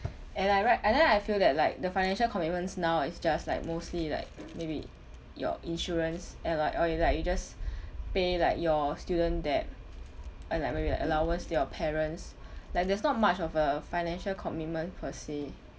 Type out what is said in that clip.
and I right and then I feel that like the financial commitments now is just like mostly like maybe your insurance and like or you like you just pay like your student debt or like maybe like allowance to your parents like there's not much of a financial commitment per se